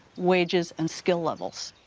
wages and skill levels.